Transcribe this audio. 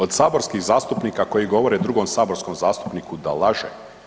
Od saborskih zastupnika koji govore drugom saborskom zastupniku da laže.